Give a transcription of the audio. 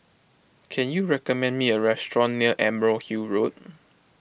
can you recommend me a restaurant near Emerald Hill Road